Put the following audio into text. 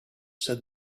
said